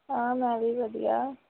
ਹਾਂ ਮੈਂ ਵੀ ਵਧੀਆ